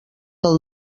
del